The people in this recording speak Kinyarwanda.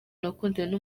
nakundanye